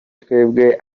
twebwe